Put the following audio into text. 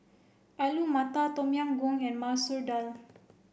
Alu Matar Tom Yam Goong and Masoor Dal